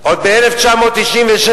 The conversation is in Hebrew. עוד מ-1997,